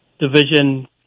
division